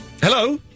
Hello